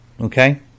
okay